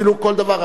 אפילו כל דבר,